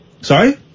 Sorry